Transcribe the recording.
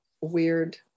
weird